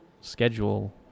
schedule